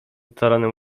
taranem